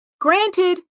Granted